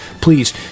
Please